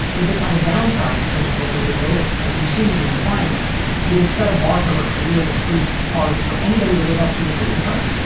did this have a downside in terms of relatability? ah you seem to be implying that. did it set a bar for her career that proved hard for anybody to live up to, including her?